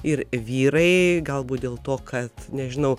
ir vyrai galbūt dėl to kad nežinau